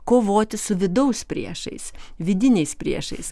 kovoti su vidaus priešais vidiniais priešais